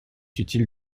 utile